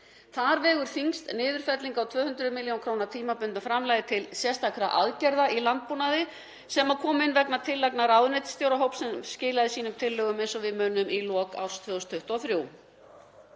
Þar vegur þyngst niðurfelling á 200 millj. kr. tímabundnu framlagi til sérstakra aðgerða í landbúnaði sem kom inn vegna tillagna ráðuneytisstjórahóps sem skilaði sínum tillögum eins og við munum í lok árs 2023.